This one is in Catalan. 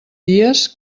dies